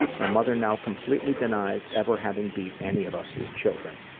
my mother now completely denies ever having beat any of us as children.